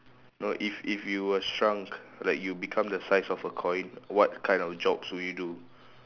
no if if you were shrunk like you become the size of a coin what kind of jobs would you do